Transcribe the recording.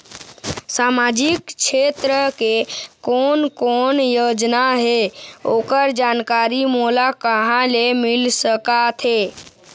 सामाजिक क्षेत्र के कोन कोन योजना हे ओकर जानकारी मोला कहा ले मिल सका थे?